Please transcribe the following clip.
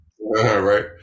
Right